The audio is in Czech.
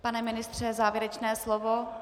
Pane ministře, závěrečné slovo.